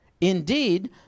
Indeed